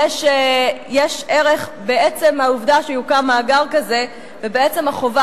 יש ערך בעצם העובדה שיוקם מאגר כזה ובעצם החובה